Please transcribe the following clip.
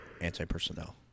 anti-personnel